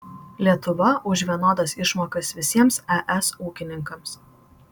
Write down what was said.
lietuva už vienodas išmokas visiems es ūkininkams